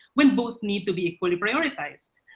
when both need to be equally prioritised.